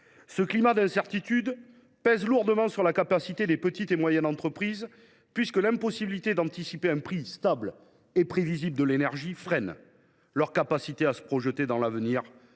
Ce climat d’incertitude pèse lourdement sur la capacité des petites et moyennes entreprises, puisque l’impossibilité d’anticiper un prix stable et prévisible de l’énergie freine leur capacité à se projeter dans l’avenir